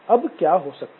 अब क्या हो सकता है